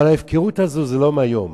אבל ההפקרות הזאת היא לא מהיום.